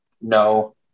No